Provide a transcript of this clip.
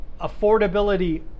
affordability